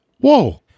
Whoa